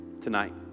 Tonight